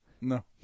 No